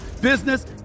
business